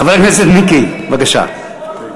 חבר הכנסת מיקי, בבקשה.